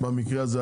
במקרה הזה.